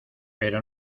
pero